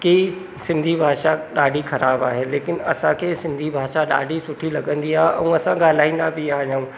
की सिंधी भाषा ॾाढी ख़राब आहे लेकिन सिंधी भाषा ॾाढी सुठी लॻंदी आहे ऐं असां ॻाल्हाईंदा बि आहियूं